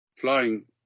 flying